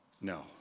No